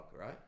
Right